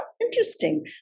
interesting